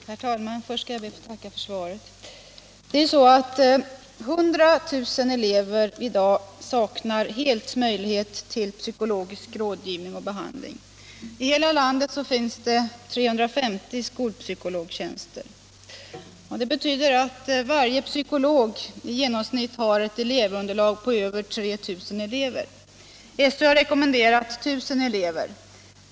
Herr talman! Först ber jag att få tacka statsrådet för svaret. I dag saknar 100 000 elever helt möjlighet till psykologisk rådgivning och behandling. I hela landet finns 350 skolpsykologtjänster. Det betyder att varje psykolog i genomsnitt har ett elevunderlag på över 3 000 elever. Skolöverstyrelsen har rekommenderat 1000 elever.